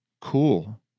cool